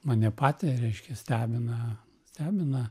mane patį reiškia stebina stebina